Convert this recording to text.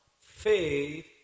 faith